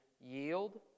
yield